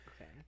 Okay